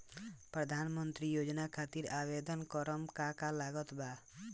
प्रधानमंत्री योजना खातिर आवेदन करम का का लागत बा?